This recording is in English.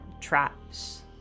traps